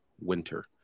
winter